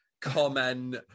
comment